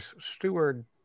steward